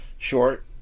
short